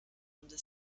runde